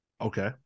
Okay